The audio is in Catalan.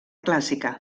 clàssica